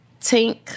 Tink